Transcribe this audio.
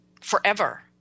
forever